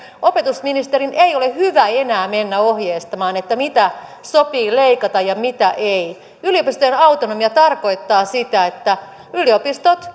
opetusministerin ei ole hyvä enää mennä ohjeistamaan mitä sopii leikata ja mitä ei yliopistojen autonomia tarkoittaa sitä että yliopistot